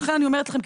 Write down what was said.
לכן אני אומרת לכם,